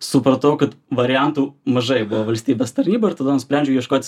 supratau kad variantų mažai valstybės tarnyba ir tada nusprendžiau ieškotis